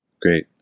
Great